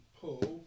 pull